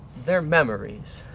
they're memories.